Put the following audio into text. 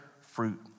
fruit